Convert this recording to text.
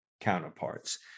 counterparts